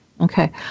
okay